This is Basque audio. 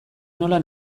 nola